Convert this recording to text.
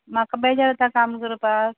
म्हाका बेजार येता काम करपाक